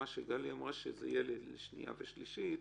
מה שגלי אמרה שזה יהיה לשנייה ושלישית.